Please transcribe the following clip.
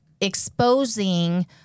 exposing